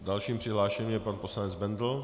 Dalším přihlášeným je pan poslanec Bendl.